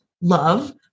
love